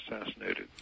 assassinated